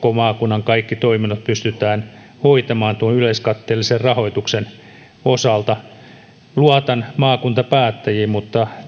koko maakunnan kaikki toiminnot pystytään hoitamaan tuon yleiskatteellisen rahoituksen osalta luotan maakuntapäättäjiin mutta